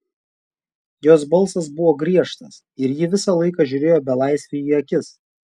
jos balsas buvo griežtas ir ji visą laiką žiūrėjo belaisviui į akis